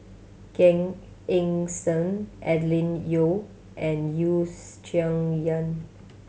Gan Eng Seng Adeline Ooi and You Yen